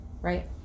right